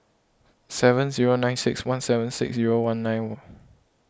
seven zero nine six one seven six zero one nine